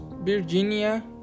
Virginia